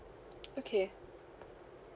okay